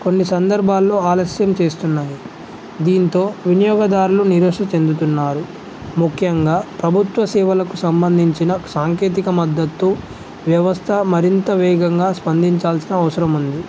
కొన్ని సందర్భాల్లో ఆలస్యం చేస్తున్నాయి దీంతో వినియోగదారులు నిరాశ చెందుతున్నారు ముఖ్యంగా ప్రభుత్వ సేవలకు సంబంధించిన సాంకేతిక మద్దతు వ్యవస్థ మరింత వేగంగా స్పందించాల్సిన అవసరం ఉంది